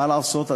מה לעשות,